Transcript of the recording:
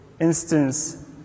instance